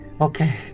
Okay